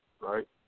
right